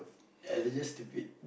and it's just stupid